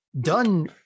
done